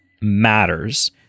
matters